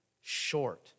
short